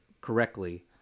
correctly